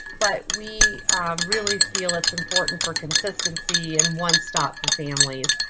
but we really feel it's important for consistency and one stop for families.